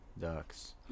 ducks